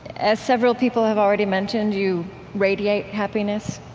as several people have already mentioned, you radiate happiness.